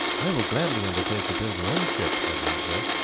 i will gladly undertake to build one ship, edmund said.